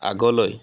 আগলৈ